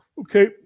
okay